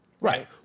right